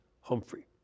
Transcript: Humphrey